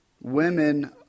women